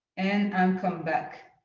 and um come back.